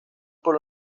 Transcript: por